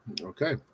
Okay